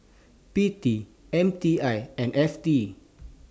P T M T I and F T